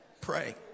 pray